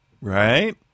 right